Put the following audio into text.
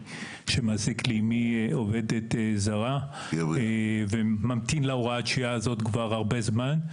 שמעסיק עבור אימי עובדת זרה וממתין להוראת השעה הזאת כבר הרבה זמן.